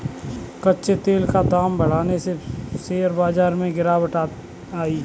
कच्चे तेल का दाम बढ़ने से शेयर बाजार में गिरावट आई